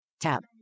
Tab